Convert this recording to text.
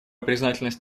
признательность